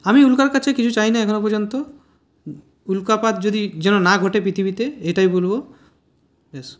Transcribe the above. আমি উল্কার কাছে কিছু চাই না এখনও পর্যন্ত উল্কাপাত যদি যেন না ঘটে পৃথিবীতে এটাই বলবো ব্যাস